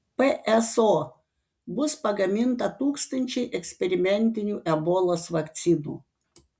pso bus pagaminta tūkstančiai eksperimentinių ebolos vakcinų